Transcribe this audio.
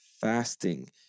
Fasting